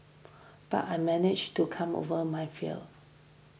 but I managed to come over my fear